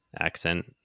accent